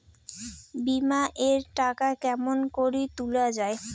বিমা এর টাকা কেমন করি তুলা য়ায়?